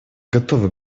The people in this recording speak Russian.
готовы